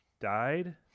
died